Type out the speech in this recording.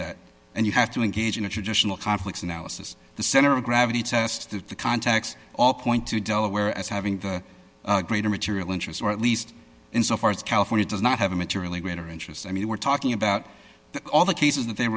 that and you have to engage in the traditional conflicts analysis the center of gravity test if the contacts all point to delaware as having greater material interest or at least insofar as california does not have a materially greater interest i mean we're talking about all the cases that they